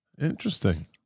Interesting